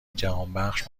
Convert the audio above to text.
جهانبخش